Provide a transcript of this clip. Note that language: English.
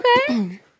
Okay